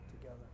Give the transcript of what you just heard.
together